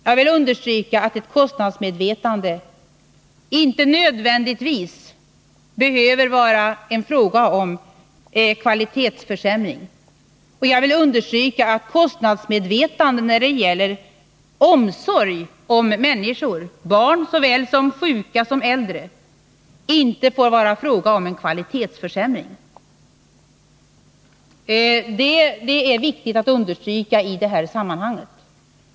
Jag vill understryka att ett kostnadsmedvetande inte nödvändigtvis behöver medföra en kvalitetsförsämring. Jag vill också understryka att ett kostnadsmedvetande när det gäller omsorgen om människor, såväl barn som sjuka och äldre, inte får medföra en kvalitetsförsämring. Det är viktigt att det betonas i detta sammanhang.